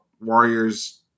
Warriors